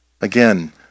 Again